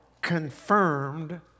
confirmed